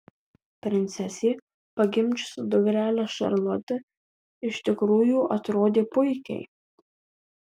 princesė pagimdžiusi dukrelę šarlotę iš tikrųjų atrodė puikiai